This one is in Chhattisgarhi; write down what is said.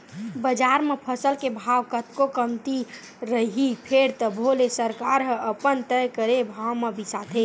बजार म फसल के भाव कतको कमती रइही फेर तभो ले सरकार ह अपन तय करे भाव म बिसाथे